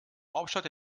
hauptstadt